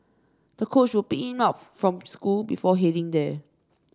the coach would pick him up from school before heading there